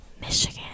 Michigan